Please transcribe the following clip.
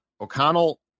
O'Connell